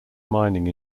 mining